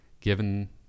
given